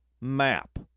map